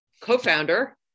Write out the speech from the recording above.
co-founder